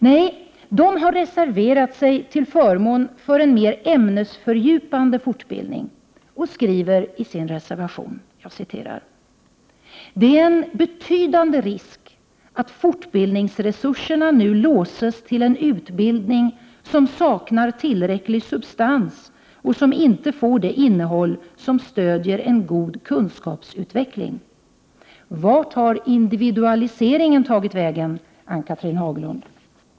Nej, de har reserverat sig till förmån för en ämnesfördjupande fortbildning, och skriver i sin reservation: ”Det är en betydande risk att fortbildningsresurserna nu låses till en utbildning som saknar tillräcklig substans och som inte får det innehåll som stödjer en god kunskapsutveckling.” Vart har individualiseringen tagit vägen, Ann-Cathrine Haglund?